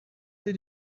did